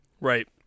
Right